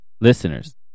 Listeners